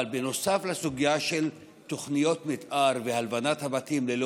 אבל נוסף לסוגיה של תוכניות מתאר והלבנת הבתים ללא